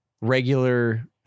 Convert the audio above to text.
regular